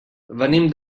venim